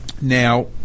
now